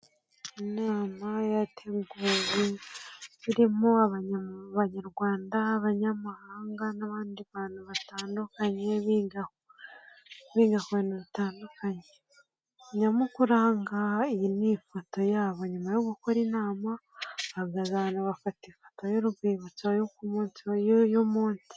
Inama yateguwe irimo abanyarwanda, abanyamahanga n'abandi bantu batandukanye, biga ku bintu bitandukanye. Nyamukuru ahangaha iyi ni ifoto yabo nyuma yo gukora inama bahagaze ahantu bafata ifoto y'urwibutso y' munsi.